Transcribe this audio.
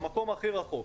המקום הכי רחוק.